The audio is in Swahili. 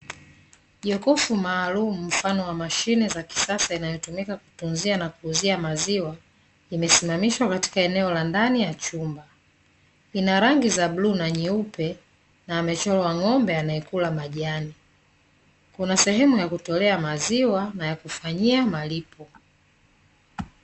Jokofu maalumu mfano wa mashine za kisasa inayotumika kutunzia na kuuzia maziwa, imesimamishwa katika eneo la ndani ya chumba. Ina rangi za bluu na nyeupe, na amechorwa ng’ombe anae kula majani, kuna sehemu ya kutolea maziwa na ya kufanyia malipo.